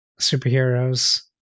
superheroes